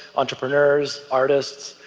entrepreneurs, artists,